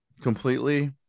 completely